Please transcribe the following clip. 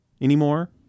Anymore